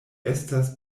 estas